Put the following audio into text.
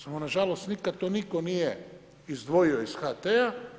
Samo na žalost nikad to nitko nije izdvojio iz HT-a.